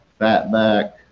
fatback